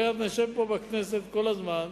אחרת נשב פה בכנסת כל הזמן